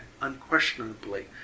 unquestionably